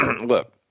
look